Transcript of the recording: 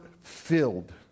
filled